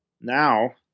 Now